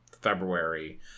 February